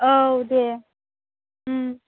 औ दे